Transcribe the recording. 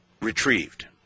retrieved